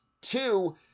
two